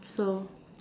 so